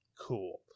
cool